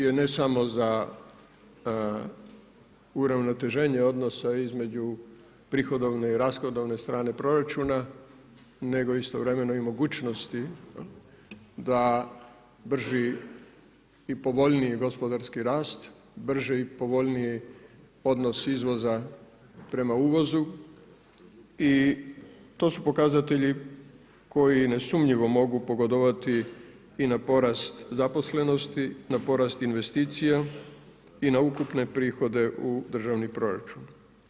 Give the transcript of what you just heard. Što je ne samo za uravnoteženje odnosa između prihodovne i rashodovne stanje proračuna nego istovremene mogućnosti da brži i povoljniji gospodarski rast brže i povoljnije odnos izvoza prema uvozu i to su pokazatelji koji nesumnjivo mogu pogodovati i na porast zaposlenosti, na porast investicija i na ukupne prihode državnog proračuna.